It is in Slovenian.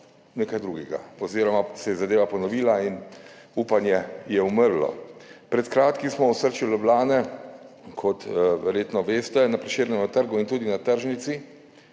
nekaj drugega oziroma se je zadeva ponovila in upanje je umrlo. Pred kratkim smo v osrčju Ljubljane, kot verjetno veste, na Prešernovem trgu in tudi na tržnici